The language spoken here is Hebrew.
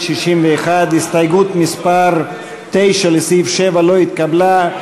61. הסתייגות מס' 9 לסעיף 7 לא התקבלה.